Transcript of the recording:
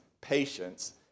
patience